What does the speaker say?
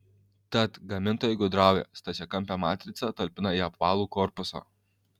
tad gamintojai gudrauja stačiakampę matricą talpina į apvalų korpusą